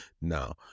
now